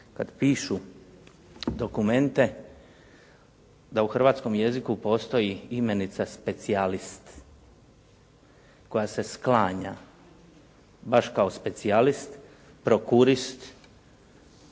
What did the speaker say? kada pišu dokumente da u hrvatskom jeziku postoji imenica specijalist, koja se sklanja baš kao specijalist, …/Govornik